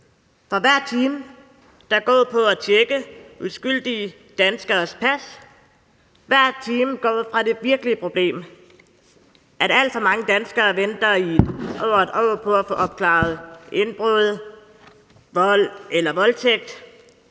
Hver time, der går på at tjekke uskyldige danskeres pas, går fra det virkelig problem, nemlig at alt for mange danskere venter i over 1 år på at få opklaret forbrydelser som indbrud, vold eller voldtægt.